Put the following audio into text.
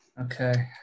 Okay